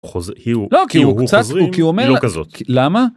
חוזרים לא כי הוא אומר לך למה.